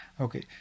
Okay